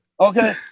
Okay